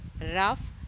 rough